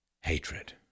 hatred